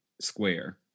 Square